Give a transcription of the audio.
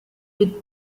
with